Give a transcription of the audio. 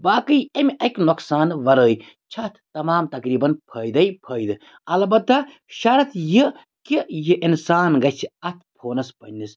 باقٕے امہِ اَکہِ نۄقصان وَرٲے چھ اَتھ تمام تقریٖباً فٲیدے فٲیدٕ البتہ شَرط یہِ کہِ یہِ اِنسان گَژھِ اَتھ فونَس پنٛنِس